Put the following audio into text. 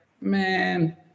man